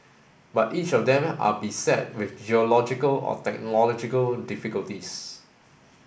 but each of them are beset with geological or technological difficulties